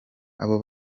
abo